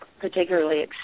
particularly